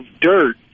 dirt